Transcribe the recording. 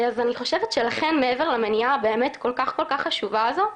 אז אני חושבת שלכן באמת מעבר למניעה הכל כך חשובה הזאת,